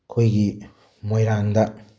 ꯑꯩꯈꯣꯏꯒꯤ ꯃꯣꯏꯔꯥꯡꯗ